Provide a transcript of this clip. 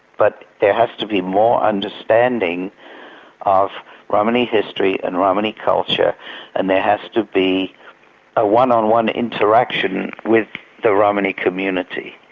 but there has to be more understanding of romani history, and romani culture and there has to be a one-on-one interaction with the romani community.